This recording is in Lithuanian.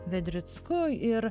vedricku ir